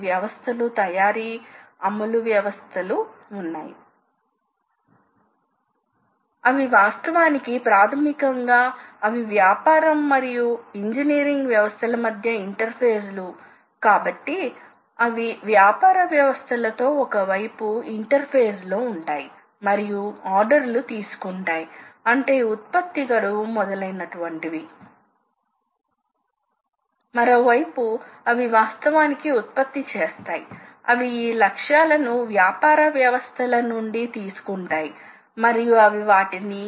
work piece ఇది మీకు సాధారణంగా కదలిక ఎలా సృష్టించబడిందో చూపిస్తుంది కాబట్టి వాస్తవానికి సాధనం కదలిక చాలా సులభం ఇది కేవలం స్పిండిల్ డ్రైవ్ మోటార్ యొక్క షాఫ్ట్ కు అనుసంధానించబడి ఉంది కాబట్టి మిల్లింగ్ సందర్భంలో మోటార్ సాధనాన్ని తిరిగేలా చేస్తుంది లేదా టర్నింగ్ సందర్భంలో వర్క్ పీస్ లేదా చక్ తిరుగుతుంది అది చాలా సులభమైనది